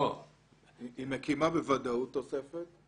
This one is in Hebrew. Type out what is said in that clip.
היא מקימה בוודאות תוספת.